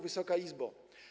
Wysoka Izbo!